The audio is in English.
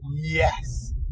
Yes